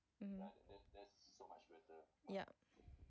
ya